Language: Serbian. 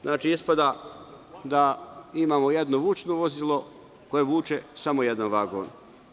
Znači, ispada da imamo jedno vučno vozilo koje vuče samo jedan vagon.